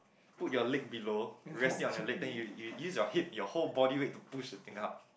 put your leg below rest it on your leg then you you use your hip your whole body weight to push the thing up